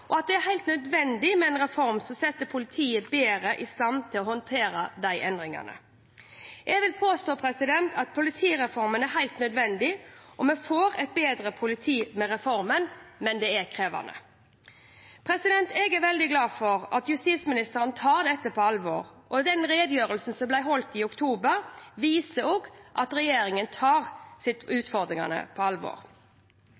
og at det er helt nødvendig med en reform som setter politiet bedre i stand til å håndtere de endringene. Jeg vil påstå at politireformen er helt nødvendig. Vi får et bedre politi med reformen, men det er krevende. Jeg er veldig glad for at justisministeren tar dette på alvor, og redegjørelsen som ble holdt i oktober, viste også at regjeringen tar